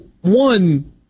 one